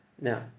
Now